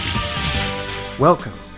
Welcome